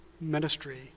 ministry